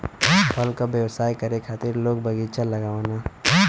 फल के व्यवसाय करे खातिर लोग बगीचा लगावलन